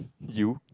you